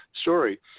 story